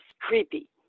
creepy